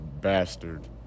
bastard